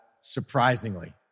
surprisingly